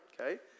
okay